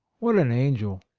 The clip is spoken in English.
what an angel!